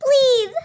please